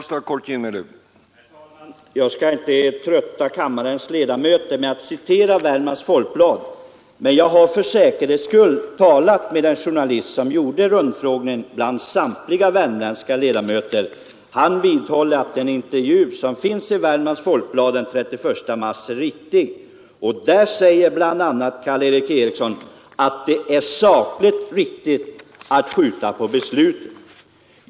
Herr talman! Jag skall inte trötta kammarens ledamöter med att citera Värmlands Folkblad, men jag har för säkerhets skull talat med den journalist som gjorde rundfrågningen bland samtliga värmländska ledamöter. Han vidhåller att den intervju som finns i Värmlands Folkblad den 31 mars är riktig, och där säger Karl Erik Eriksson bl.a. att det är sakligt riktigt att skjuta på beslutet.